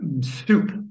soup